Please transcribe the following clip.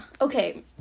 Okay